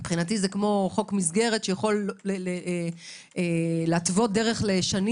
מבחינתי זה חוק מסגרת שיכול להתוות דרך לשנים